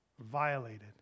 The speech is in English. violated